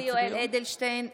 (קוראת בשמות חברי הכנסת) יולי יואל אדלשטיין,